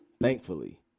Thankfully